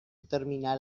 terminal